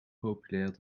populair